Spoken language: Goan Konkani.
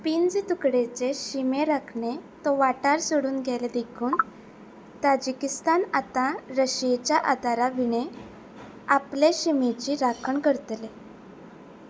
पिंज तुकडेचे शिमे राखणे तो वाठार सोडून गेले देखून ताजिकिस्तान आतां रशियेच्या आदारा विणें आपले शिमेची राखण करतले